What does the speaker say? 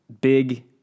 big